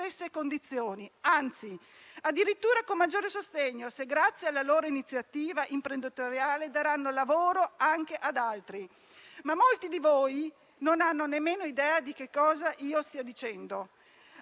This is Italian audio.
condizioni, anzi, addirittura con maggiore sostegno se, grazie alla loro iniziativa imprenditoriale, daranno lavoro anche ad altri. Molti di voi però non hanno nemmeno idea di che cosa io stia dicendo.